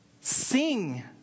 sing